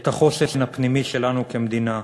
את החוסן הפנימי שלנו כמדינה.